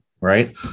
Right